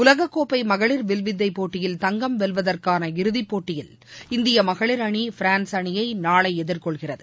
உலக கோப்பை மகளிர் வில்வித்தை போட்டியில் தங்கம் வெல்வதற்கான இறுதிப்போட்டியில் இந்திய மகளிர் அணி பிரான்ஸ் அணியை நாளை எதிர்கொள்கிறது